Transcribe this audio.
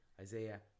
Isaiah